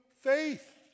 faith